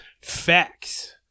Facts